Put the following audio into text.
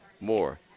more